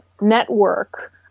network